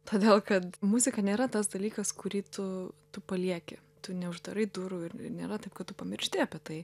todėl kad muzika nėra tas dalykas kurį tu tu palieki tu neuždarai durų ir ir nėra taip kad tu pamiršti apie tai